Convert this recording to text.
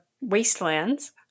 wastelands